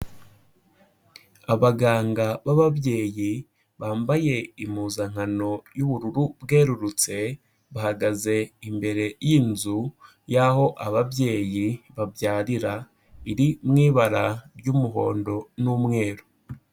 Abaganga b'ababyeyi bambaye impuzankano y'ubururu bwerurutse, bahagaze imbere y'inzu y'aho ababyeyi babyarira iri mu ibara ry'umuhondo n'umweru.